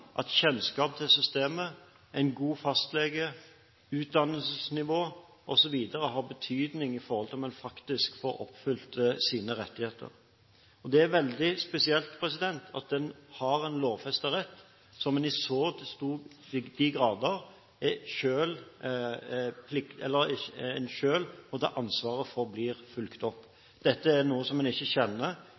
at kjennskap til systemet, en god fastlege, utdannelsesnivå osv har betydning for om man faktisk får oppfylt sine rettigheter. Det er veldig spesielt at en har en lovfestet rett som en i så stor grad selv må ta ansvaret for blir fulgt opp. Det er noe som en ikke kjenner